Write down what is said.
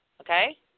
okay